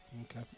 okay